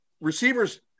receivers